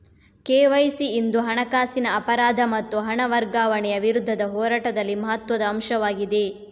KYC ಇಂದು ಹಣಕಾಸಿನ ಅಪರಾಧ ಮತ್ತು ಹಣ ವರ್ಗಾವಣೆಯ ವಿರುದ್ಧದ ಹೋರಾಟದಲ್ಲಿ ಮಹತ್ವದ ಅಂಶವಾಗಿದೆ